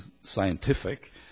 scientific